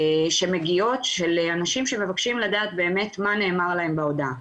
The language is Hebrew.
שמגיעות של אנשים שמבקשים לדעת באמת מה נאמר להם בהודעה.